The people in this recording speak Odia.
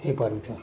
ହେଇପାରନ୍ତା